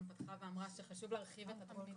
פתחה ואמרה שחשוב להרחיב את התוכנית